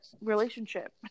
relationship